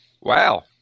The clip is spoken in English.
Wow